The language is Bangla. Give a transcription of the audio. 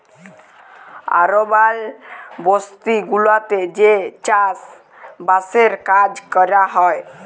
আরবাল বসতি গুলাতে যে চাস বাসের কাজ ক্যরা হ্যয়